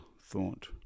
thought